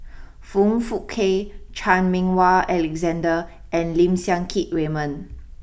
Foong Fook Kay Chan Meng Wah Alexander and Lim Siang Keat Raymond